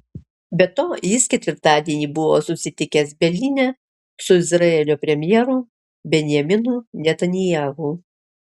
be to jis ketvirtadienį buvo susitikęs berlyne su izraelio premjeru benjaminu netanyahu